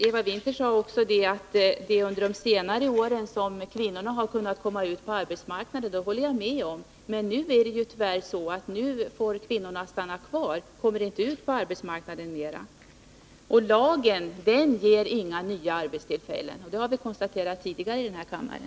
Eva Winther sade också att det är under senare år som kvinnorna har kunnat komma ut på arbetsmarknaden. Det håller jag med om. Men nu är det tyvärr så att kvinnorna i dag får stanna hemma och inte kommer ut på arbetsmarknaden mera. Lagen ger inga nya arbetstillfällen — det har vi diskuterat tidigare i den här kammaren.